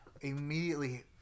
immediately